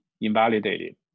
invalidated